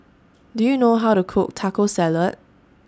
Do YOU know How to Cook Taco Salad